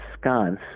sconce